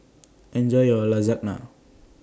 Enjoy your Lasagna